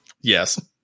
Yes